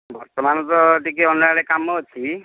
ବର୍ତ୍ତମାନ ତ ଟିକିଏ ଅନ୍ୟ ଆଡ଼େ କାମ ଅଛି